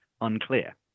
unclear